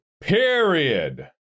period